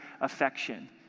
affection